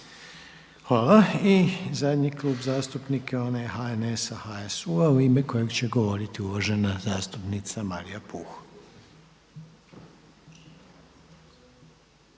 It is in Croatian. Hvala. I zadnji Klub zastupnika je onaj HNS-a, HSU-a u ime kojeg će govoriti uvažena zastupnica Marija Puh.